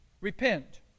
Repent